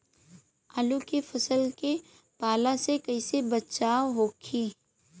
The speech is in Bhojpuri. आलू के फसल के पाला से कइसे बचाव होखि?